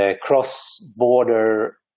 cross-border